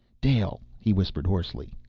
dale, he whispered hoarsely,